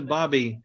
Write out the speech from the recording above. Bobby